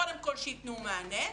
קודם כל שיתנו מענה,